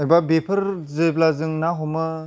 एबा बेफोर जेब्ला जों ना हमो